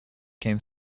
came